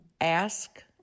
ask